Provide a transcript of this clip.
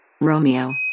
Romeo